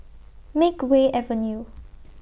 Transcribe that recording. Makeway Avenue